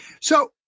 So-